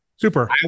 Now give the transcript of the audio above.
super